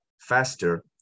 faster